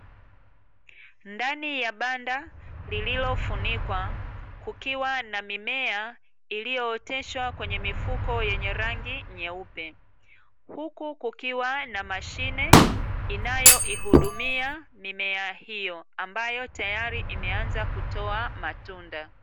Ndani ya banda lililofunikwa, kukiwa na mimea iliyooteshwa kwenye mifuko yenye rangi nyeupe, huku kukiwa na mashine inayoihudumia mimea hiyo, ambayo tayari imeanza kutoa matunda.